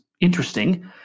interesting